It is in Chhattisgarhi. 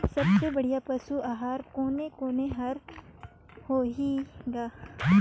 सबले बढ़िया पशु आहार कोने कोने हर होही ग?